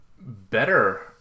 better